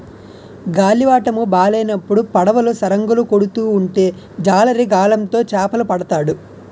గాలివాటము బాలేనప్పుడు పడవలు సరంగులు కొడుతూ ఉంటే జాలరి గాలం తో చేపలు పడతాడు